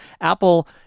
Apple